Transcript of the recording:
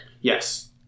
Yes